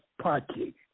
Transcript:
Party